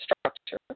Structure